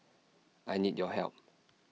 I need your help